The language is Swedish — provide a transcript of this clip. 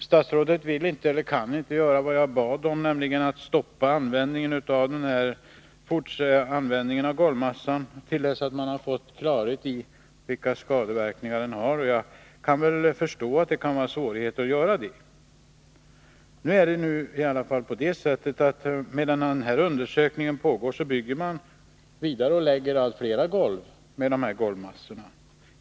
Statsrådet kan inte göra vad jag bad om, nämligen att stoppa användningen av golvmassan till dess man har fått klarhet om vilka skadeverkningar den har. Jag förstår att det kan vara svårt att göra det. Nu är det i alla fall på det sättet att man, medan undersökningarna pågår, bygger vidare och lägger allt fler golv med den här typen av golvmassa.